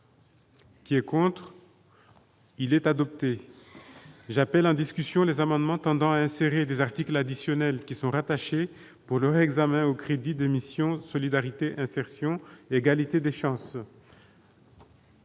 qui est pour. Il est adopté, j'appelle en discussion les amendements tendant à insérer des articles additionnels qui sont rattachés pour leur examen au crédit d'émission Solidarité, insertion et égalité des chances.